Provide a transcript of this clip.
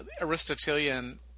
Aristotelian